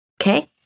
Okay